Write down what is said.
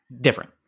Different